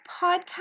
podcast